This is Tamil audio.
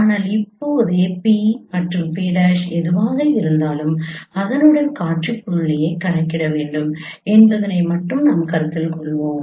ஆனால் இப்போதே P மற்றும் P' எதுவாக இருந்தாலும் அதனுடன் தொடர்புடைய காட்சி புள்ளிகளைக் கணக்கிட வேண்டும் என்பதை மட்டும் கருத்தில் கொள்வோம்